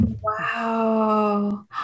wow